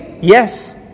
yes